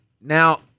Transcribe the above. now